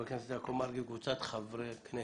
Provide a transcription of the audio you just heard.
חבר הכנסת יעקב מרגי וקבוצת חברי כנסת.